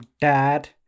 Dad